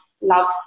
Love